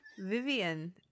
Vivian